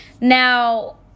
now